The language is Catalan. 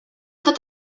tot